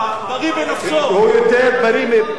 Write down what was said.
פאשיסט יותר גרוע,